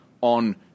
on